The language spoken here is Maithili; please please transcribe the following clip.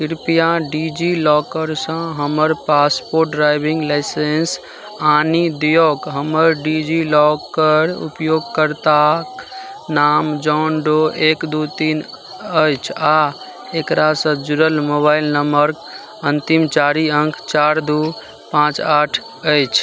कृपया डिजिलॉकरसँ हमर पासपोर्ट ड्राइविन्ग लाइसेन्स आनि दिऔ हमर डिजिलॉकर उपयोगकर्ताके नाम जॉन डो एक दुइ तीन अछि आओर एकरासँ जुड़ल मोबाइल नम्बर अन्तिम चारि अङ्क चारि दुइ पाँच आठ अछि